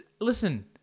Listen